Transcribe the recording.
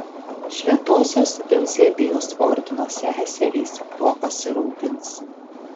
šventosios euzebijos ordino seserys tuo pasirūpins